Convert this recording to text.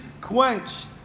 quenched